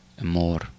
More